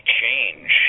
change